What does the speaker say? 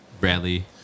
bradley